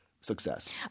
success